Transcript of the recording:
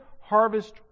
harvest